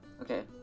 okay